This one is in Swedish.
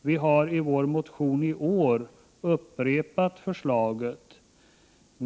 Vi har i en motion i år upprepat förslaget.